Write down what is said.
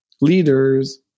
leaders